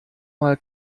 mal